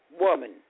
woman